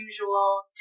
usual